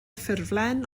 ffurflen